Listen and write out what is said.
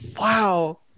wow